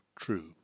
true